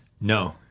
no